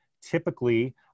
typically